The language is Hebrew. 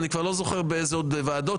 ואני לא זוכר בעוד איזה ועדות.